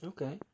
Okay